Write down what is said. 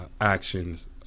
actions